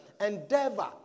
Endeavor